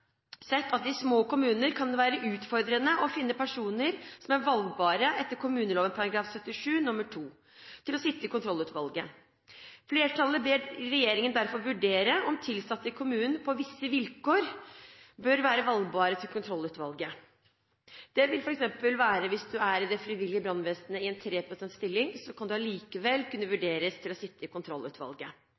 sett at det i små kommuner kan være utfordrende å finne personer som er valgbare etter kommuneloven § 77 nr. 2 til å sitte i kontrollutvalget. Flertallet ber derfor regjeringen vurdere om ansatte i kommunen på visse vilkår bør være valgbare til kontrollutvalget. Hvis man f.eks. arbeider i det frivillige brannvesenet i en 3 pst.-stilling, bør man likevel kunne vurderes til å sitte i kontrollutvalget,